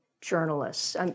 journalists